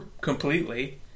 completely